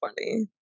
funny